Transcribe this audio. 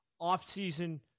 off-season